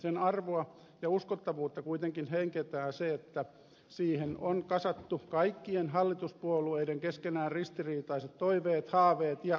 sen arvoa ja uskottavuutta kuitenkin heikentää se että siihen on kasattu kaikkien hallituspuolueiden keskenään ristiriitaiset toiveet haaveet ja unelmat